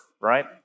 right